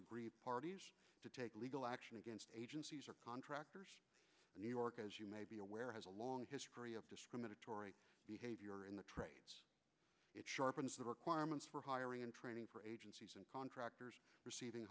agree to take legal action against agencies or contractors new york as you may be aware has a long history of discriminatory behavior in the trades it sharpens the requirements for hiring and training for agencies and contractors